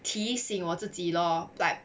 提醒我自己 lor like